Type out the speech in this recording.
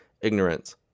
ignorance